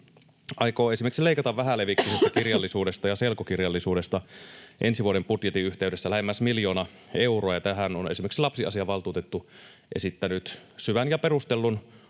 aikoo esimerkiksi leikata vähälevikkisestä kirjallisuudesta ja selkokirjallisuudesta ensi vuoden budjetin yhteydessä lähemmäs miljoona euroa, ja tähän on esimerkiksi lapsiasiavaltuutettu esittänyt syvän ja perustellun